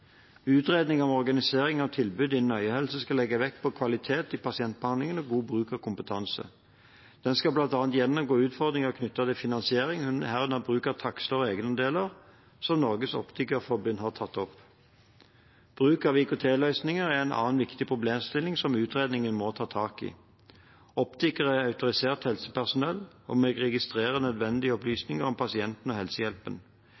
om organisering av tilbudet innen øyehelse skal legge vekt på kvalitet i pasientbehandlingen og god bruk av kompetanse. Den skal bl.a. gjennomgå utfordringer knyttet til finansiering, herunder bruk av takster og egenandeler, som Norges Optikerforbund har tatt opp. Bruk av IKT-løsninger er en annen viktig problemstilling som utredningen må ta tak i. Optikere er autorisert helsepersonell, og må registrere nødvendige